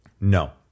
No